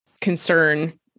concern